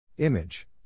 Image